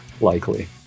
likely